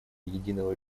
единого